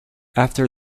after